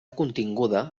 continguda